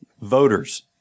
Voters